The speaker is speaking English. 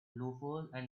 loafers